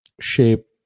shape